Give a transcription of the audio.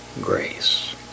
grace